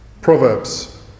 Proverbs